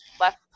left